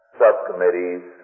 subcommittee's